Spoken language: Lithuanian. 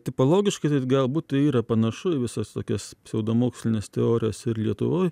tipologiškai tad galbūt tai yra panašu į visas tokias pseudomokslines teorijas ir lietuvoj